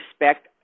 respect